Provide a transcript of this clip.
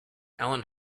alan